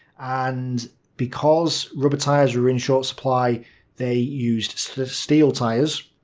and because rubber tyres were in short supply they used sort of steel tyres.